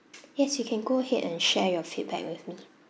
yes you can go ahead and share your feedback with me